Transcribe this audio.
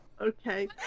Okay